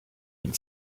had